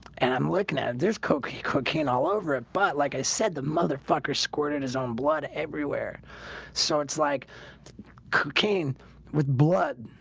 and i'm looking at there's cocaine cocaine all over it but like i said the motherfucker squirted his own blood everywhere so it's like cooking with blood